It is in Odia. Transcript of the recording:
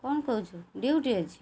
କ'ଣ କହୁଛୁ ଡ୍ୟୁଟି ଅଛି